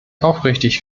aufrichtig